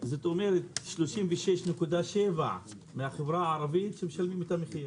זאת אומרת 36.7% מהחברה הערבית שמשלמים את המחיר,